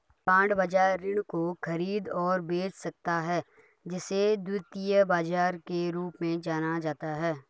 bond बाजार ऋण को खरीद और बेच सकता है जिसे द्वितीयक बाजार के रूप में जाना जाता है